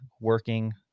working